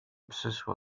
przyszło